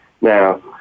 Now